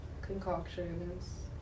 concoctions